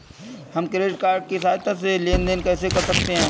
हम credit card की सहायता से लेन देन कैसे कर सकते हैं?